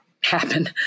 happen